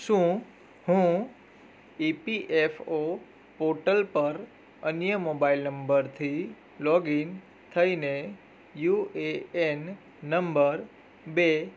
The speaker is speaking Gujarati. શું હું ઇપીએફઓ પોર્ટલ પર અન્ય મોબાઈલ નંબરથી લોગઇન થઈને યુએએન નંબર બે